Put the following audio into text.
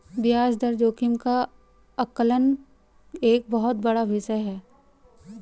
ब्याज दर जोखिम का आकलन एक बहुत बड़ा विषय है